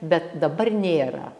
bet dabar nėra